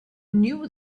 knew